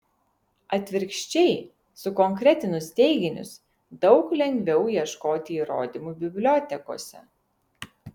atvirkščiai sukonkretinus teiginius daug lengviau ieškoti įrodymų bibliotekose